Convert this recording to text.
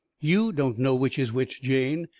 you don't know which is which, jane.